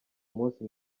munsi